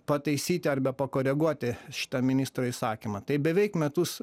pataisyti arba pakoreguoti šitą ministro įsakymą tai beveik metus